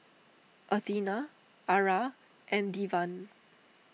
Athena Ara and Devan